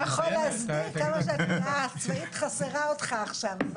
אתה יכול להסביר כמה שהתביעה הצבאית חסרה אותך עכשיו.